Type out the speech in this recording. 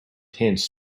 tents